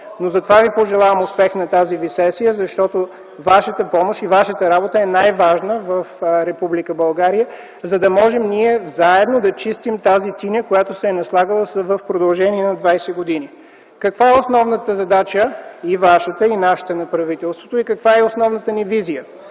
Затова Ви пожелавам успех на тази сесия, защото вашата помощ и вашата работа е най-важна в Република България, за да можем ние заедно да чистим тази тиня, която се е наслагвала в продължение на двадесет години. Каква е основната задача – и вашата, и нашата на правителството, и каква е основната ни визия?